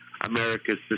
America's